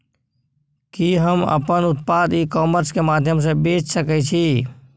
कि हम अपन उत्पाद ई कॉमर्स के माध्यम से बेच सकै छी?